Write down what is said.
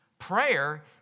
Prayer